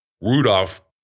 Rudolph